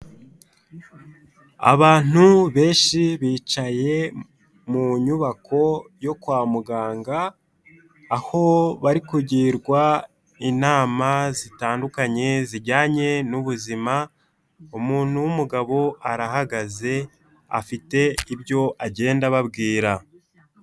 Abantu benshi bicaye mu nyubako yo kwa muganga aho bari kugirwa inama zitandukanye zijyanye n'ubuzima, umuntu w'umugabo arahagaze afite ibyo agenda ababwira.